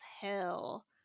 hell